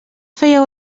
feia